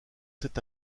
sept